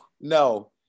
no